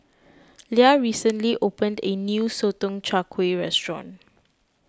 Leah recently opened a new Sotong Char Kway restaurant